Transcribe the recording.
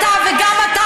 אתה וגם אתה,